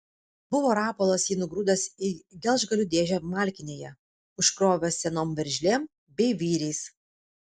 buvo rapolas jį nugrūdęs į gelžgalių dėžę malkinėje užkrovęs senom veržlėm bei vyriais